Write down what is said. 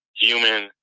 human